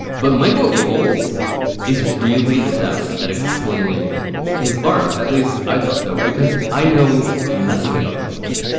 but michael abels is really adept at explaining his art. at least i thought so because i know nothing about music.